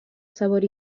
sabor